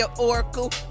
oracle